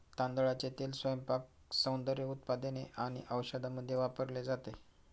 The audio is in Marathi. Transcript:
तांदळाचे तेल स्वयंपाक, सौंदर्य उत्पादने आणि औषधांमध्ये वापरले जाते